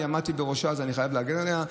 אני עמדתי בראשה, אז אני חייב להגן עליה,